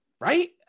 right